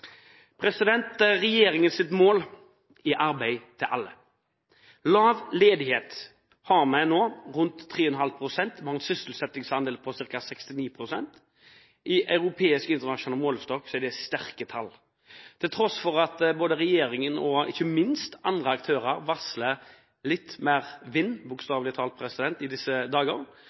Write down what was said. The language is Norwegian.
mål er arbeid til alle. Vi har nå lav ledighet, på rundt 3,5 pst., og vi har en sysselsettingsandel på ca. 69 pst. I europeisk og internasjonal målestokk er dette sterke tall. Både regjeringen og ikke minst andre aktører varsler litt mer vind – bokstavelig talt i disse dager